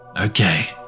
Okay